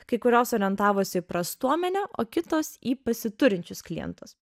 kai kurios orientavosi į prastuomenę o kitos į pasiturinčius klientus